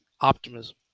optimism